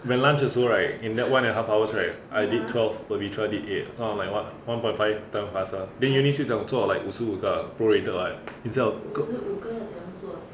when lunch 的时候 right in that one and a half hours right I did twelve pavitra did eight so I'm like what one point five time faster then eunice 就讲做五十五个 pro-rated [what] 比较